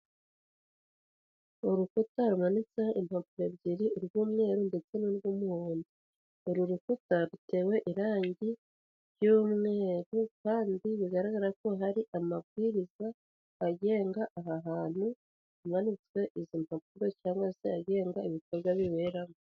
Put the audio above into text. Urukuta rumanitseho impapuro, ebyiri urw'umweru ndetse n'urw'umuhondo. Uru rukuta rutewe irangi ry'umweru kandi bigaragara ko hari amabwiriza agenga aha hantu, hamanitswe izo mpapuro cyangwa se agenga ibikorwa biberamo.